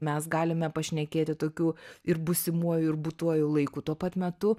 mes galime pašnekėti tokiu ir būsimuoju ir būtuoju laiku tuo pat metu